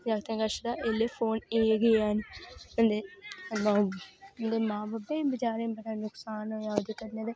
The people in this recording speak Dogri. जागतें कश ऐल्लै फोन ऐ गै न ते उं'दे माऊ बब्बें बी बेचारे नुक्सान होआ ते कन्नै